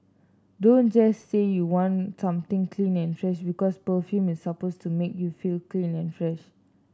don't just say you want something clean and fresh because perfume is supposed to make you feel clean and fresh